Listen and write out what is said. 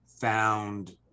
found